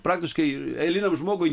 praktiškai eiliniam žmogui